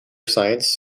science